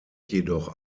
jedoch